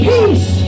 Peace